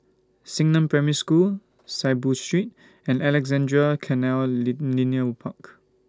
Xingnan Primary School Saiboo Street and Alexandra Canal Linear Park